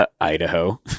Idaho